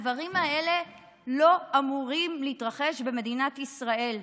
הדברים האלה לא אמורים להתרחש במדינת ישראל.